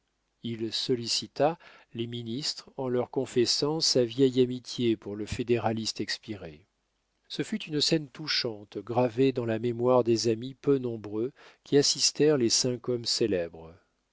aucune sollicita les ministres en leur confessant sa vieille amitié pour le fédéraliste expiré ce fut une scène touchante gravée dans la mémoire des amis peu nombreux qui assistèrent les cinq hommes célèbres